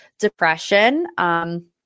depression